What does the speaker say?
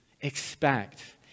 expect